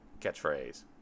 catchphrase